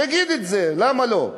שיגיד את זה, למה לא?